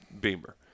Beamer